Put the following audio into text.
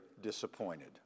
disappointed